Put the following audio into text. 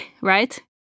right